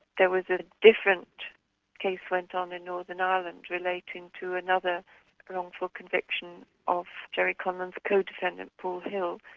there was a different case went on in northern ireland relating to another wrongful conviction of gerry conlon's co-defendant, paul hill,